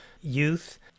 youth